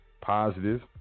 positive